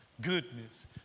goodness